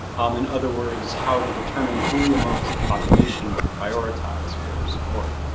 um in other words, how to determine who amongst the population to prioritize for support.